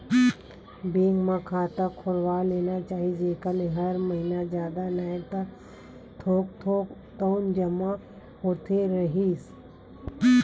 bank म खाता खोलवा लेना चाही जेखर ले हर महिना जादा नइ ता थोक थोक तउनो जमा होवत रइही